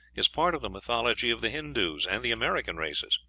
is part of the mythology of the hindoos and the american races.